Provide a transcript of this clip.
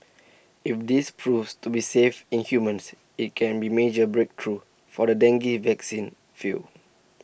if this proves to be safe in humans IT can be major breakthrough for the dengue vaccine field